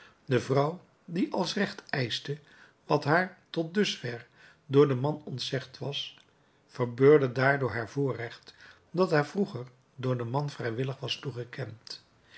de vrouw die als recht eischte wat haar tot dusverre door den man ontzegd was verbeurde daardoor haar voorrecht dat haar vroeger door den man vrijwillig was toegekend